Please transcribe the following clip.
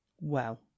Well